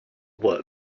work